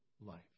life